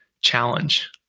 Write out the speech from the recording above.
Challenge